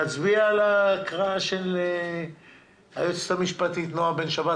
נצביע על הקראה של היועצת המשפטית נעה בן שבת,